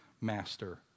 master